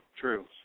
true